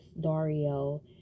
Dario